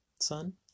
son